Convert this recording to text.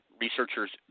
researcher's